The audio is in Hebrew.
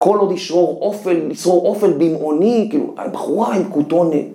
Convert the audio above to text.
‫כל עוד ישרור אופן, ‫ישרור אופן דמיוני, ‫כאילו, הבחורה עם כותונת.